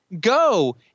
go